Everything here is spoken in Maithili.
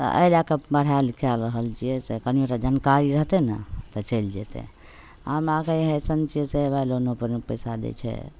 आओर एहि लैके पढ़ै लिखै रहल छिए से कनिओटा जानकारी रहतै ने तऽ चलि जएतै आओर हमरासभ अइसन छिए से हेबे लोनोपर नहि पइसा दै छै